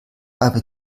aber